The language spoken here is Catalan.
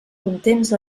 contents